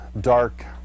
dark